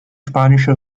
spanische